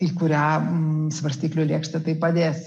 į kurią svarstyklių lėkštę tai padėsi